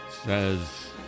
says